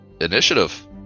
initiative